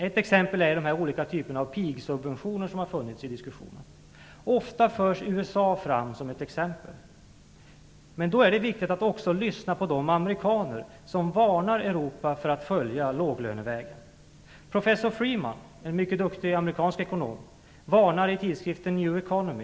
Ett exempel är de olika typerna av pigsubventioner som har diskuterats. Ofta förs USA fram som ett exempel. Då är det viktigt att man också lyssnar på de amerikaner som varnar Europa för att följa låglönevägen. Professor Freeman, en mycket duktig amerikansk ekonom, utfärdar en varning i tidskriften New Economy.